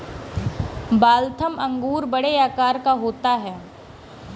Waltham अंगूर बड़े आकार का होता है